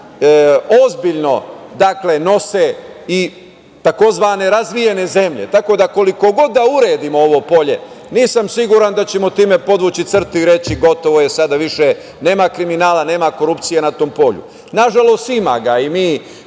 ozbiljno nose, tzv. razvijene zemlje. Tako da koliko god da uredimo ovo polje nisam siguran da ćemo time podvući crtu i reći gotovo je, sada više nema kriminala, nema korupcije na tom polju. Nažalost, ima ga i mi